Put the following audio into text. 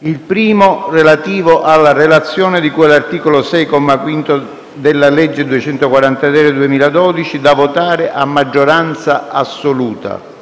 il primo, relativo alla relazione di cui all'articolo 6, comma 5, della legge n. 243 del 2012, da votare a maggioranza assoluta;